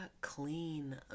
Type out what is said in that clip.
clean